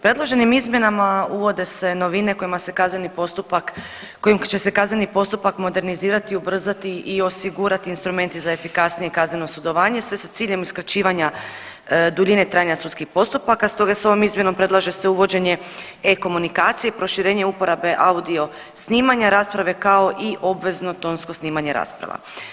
Predloženim izmjenama uvode se novine kojima se kazneni postupak, kojim će se kazneni postupak modernizirati, ubrzati i osigurati instrumenti za efikasnije kazneno sudovanje sve sa ciljem skraćivanja duljine trajanja sudskih postupaka, stoga se ovom izmjenom predlaže se uvođenje e-komunikacije, proširenje uporabe audio snimanja rasprave, kao i obvezno tonsko snimanje rasprava.